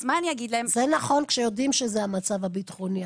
זה נכון כשיודעים שזהו המצב הביטחוני,